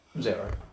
zero